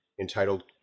entitled